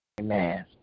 Amen